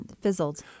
fizzled